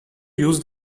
use